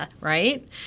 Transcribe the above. right